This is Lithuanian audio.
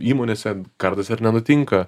įmonėse kartais ir nenutinka